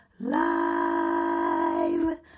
Live